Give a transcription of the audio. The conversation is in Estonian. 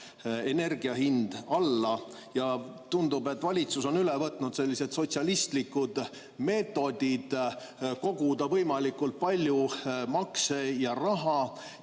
energiahind alla. Ja tundub, et valitsus on üle võtnud sellised sotsialistlikud meetodid koguda võimalikult palju makse ja raha